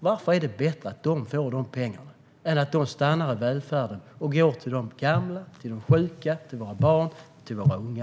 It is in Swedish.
Varför är det bättre att Attendo får de pengarna än att de stannar i välfärden och går till de gamla, till de sjuka och till våra barn och unga?